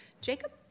Jacob